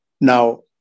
Now